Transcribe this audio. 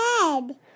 head